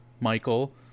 Michael